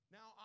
Now